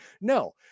No